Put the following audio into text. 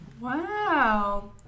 Wow